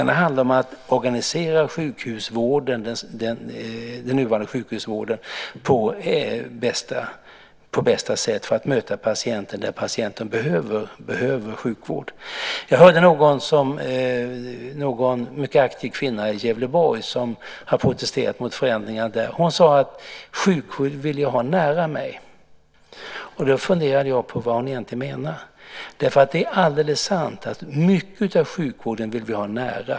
Det handlar om att organisera den nuvarande sjukhusvården på bästa sätt för att möta patienten där patienten behöver sjukvård. Jag hörde en mycket aktiv kvinna i Gävleborg som har protesterat mot förändringar där. Hon sade: Sjukvård vill jag ha nära mig. Och då funderade jag på vad hon egentligen menade. Det är ju alldeles sant att mycket av sjukvården vill vi ha nära.